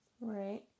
Right